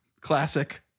Classic